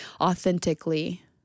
authentically